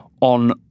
on